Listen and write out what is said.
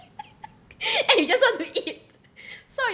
and you just want to eat so